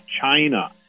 China